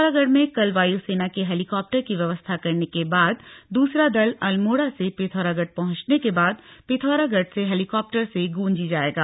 पिथौरागढ़ में कल वायुसेना के हेलीकॉप्टर की व्यवस्था करने के बाद दूसरा दल अल्मोड़ा से पिथौरागढ़ पहुंचने के बाद पिथौरागढ़ से हेलीकॉप्टर से गूंजी जाएगा